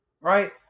right